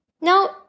Now